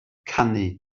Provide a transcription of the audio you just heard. canu